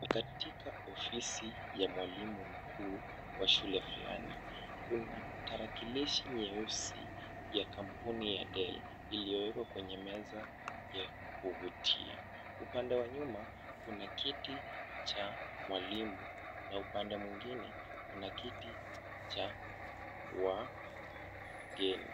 Ni katika ofisi ya mwalimu mkuu wa shule fulani. Kuna tarakilishi nyeusi ya kampuni ya Dell iliyowekwa kwenye meza ya kuvutia. Upande wa nyuma kuna kiti cha mwalimu na upande mwingine, kuna kiti cha wageni.